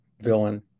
villain